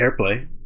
AirPlay